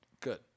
Good